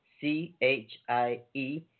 C-H-I-E